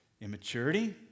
immaturity